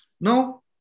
no